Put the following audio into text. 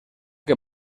que